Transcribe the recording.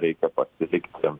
reikia pasilikti